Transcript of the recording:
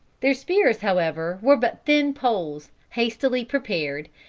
their spears, however, were but thin poles, hastily prepared,